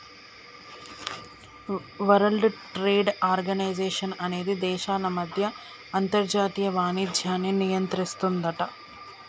world Trade Organization అనేది దేశాల మధ్య అంతర్జాతీయ వాణిజ్యాన్ని నియంత్రిస్తుందట